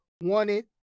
wanted